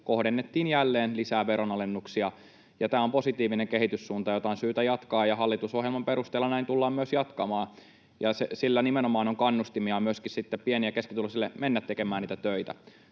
kohdennettiin jälleen lisää veronalennuksia. Tämä on positiivinen kehityssuunta, jota on syytä jatkaa, ja hallitusohjelman perusteella näin tullaan myös jatkamaan. Sillä nimenomaan on kannustimia myöskin pieni- ja keskituloisille mennä tekemään niitä töitä.